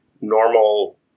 normal